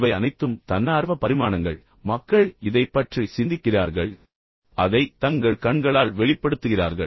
இவை அனைத்தும் தன்னார்வ பரிமாணங்கள் மக்கள் இதைப் பற்றி சிந்திக்கிறார்கள் பின்னர் அதை தங்கள் கண்களால் வெளிப்படுத்துகிறார்கள்